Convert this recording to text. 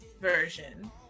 version